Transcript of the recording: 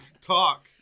Talk